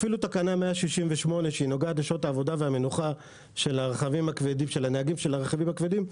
ואפילו תקנה 168 שנוגעת לשעות העבודה ומנוחה של נהגי הרכבים הכבדים,